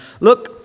Look